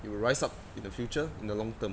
it will rise up in the future in the long term